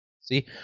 see